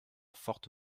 forte